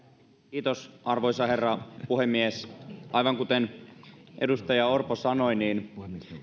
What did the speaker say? kiitos arvoisa puhemies aivan kuten edustaja orpo sanoi